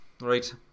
Right